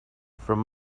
from